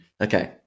Okay